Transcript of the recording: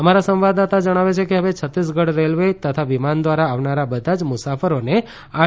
અમારા સંવાદદાતા જણાવે છે કે હવે છત્તીસગઢ રેલવે તથા વિમાન દ્વારા આવનારા બધા જ મુસાફરોને આર